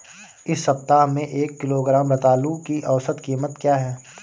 इस सप्ताह में एक किलोग्राम रतालू की औसत कीमत क्या है?